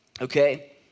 Okay